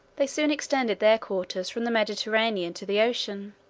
they soon extended their quarters from the mediterranean to the ocean.